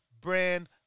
brand